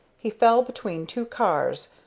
he fell between two cars,